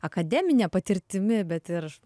akademine patirtimi bet ir